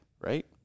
right